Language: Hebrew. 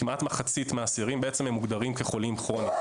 בעצם כמעט מחצית מהאסירים מוגדרים כחולים כרוניים,